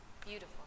Beautiful